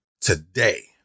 today